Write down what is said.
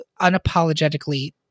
unapologetically